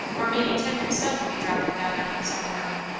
or maybe tim himself will be droppin' down on me some mornin'.